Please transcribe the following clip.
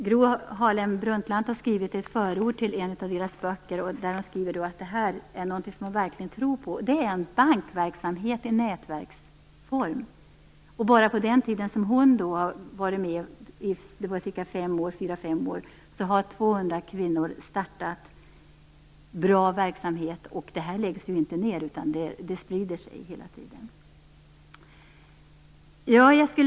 Gro Harlem Brundtland har skrivit i ett förord till en bok att det här är någonting som hon verkligen tror på. Det är en bankverksamhet i nätverksform. Bara under den tid som hon har varit med - fyra-fem år - har 200 kvinnor startat bra verksamheter. Det här läggs inte ned, utan det sprider sig hela tiden.